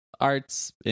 arts